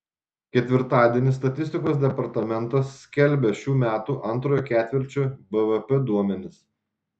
ketvirtadienį statistikos departamentas skelbia šių metų antrojo ketvirčio bvp duomenis